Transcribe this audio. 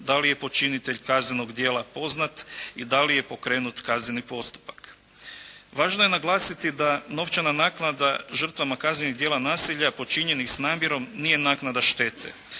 da li je počinitelj kaznenog djela poznat i da li je pokrenut kazneni postupak? Važno je naglasiti da novčana naknada žrtvama kaznenih djela nasilja počinjenih s namjerom nije naknada štete